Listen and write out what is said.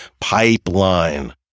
pipeline